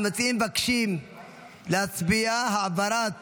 המציעים מבקשים להצביע על העברת